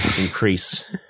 increase